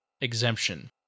Exemption